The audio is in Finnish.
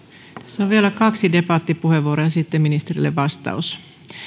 tässä on vielä kaksi debattipuheenvuoroa ja sitten ministerille vastaus